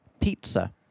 pizza